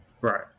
Right